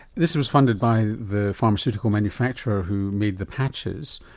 this was funded by the pharmaceutical manufacturer who made the patches.